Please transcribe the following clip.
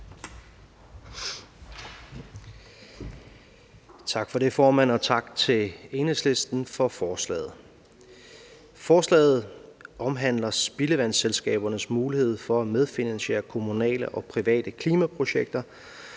Tak for det, formand. Og tak til Enhedslisten for forslaget. Forslaget omhandler spildevandsselskabernes mulighed for at medfinansiere kommunale og private klimaprojekter,